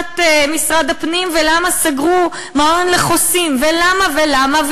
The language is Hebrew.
של משרד הפנים ולמה סגרו מעון לחוסים ולמה ולמה,